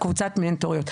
הדחקה.